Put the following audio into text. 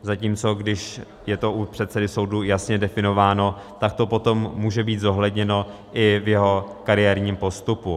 Zatímco když je to u předsedy soudu jasně definováno, tak to potom může být zohledněno i v jeho kariérním postupu.